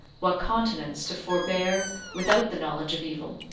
what continence to forbear without the knowledge of evil?